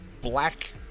black